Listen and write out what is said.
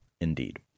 Indeed